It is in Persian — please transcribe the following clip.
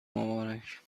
مبارک